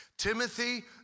Timothy